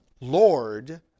Lord